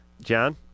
John